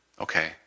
Okay